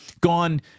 gone